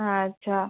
হ্যাঁ আচ্ছা